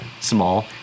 small